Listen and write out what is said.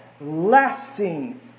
lasting